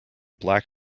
black